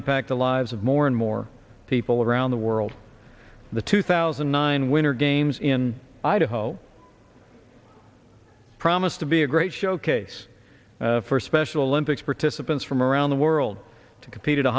impact the lives of more and more people around the world the two thousand and nine winter games in idaho promise to be a great showcase for special olympics participants from around the world to compete a